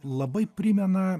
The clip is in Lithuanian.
labai primena